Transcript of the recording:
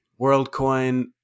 WorldCoin